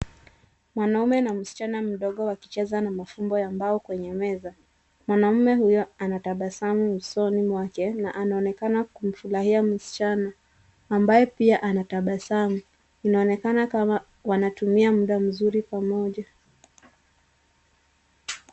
Mwanaume na msichana mdogo wakicheza na mafumbo ya mbao kwenye meza. Mwanaume huyo anatabasamu usoni mwake na anaonekana kumfurahia msichana. Ambaye pia anatabasamu. Inaonekana kama wanatumia muda mzuri pamoja.